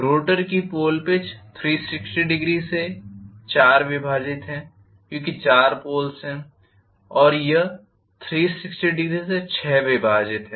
rotor की pole pitch 3600 से चार विभाजित है क्योंकि चार पोल्स हैं और यह 3600 से छह विभाजित है